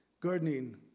gardening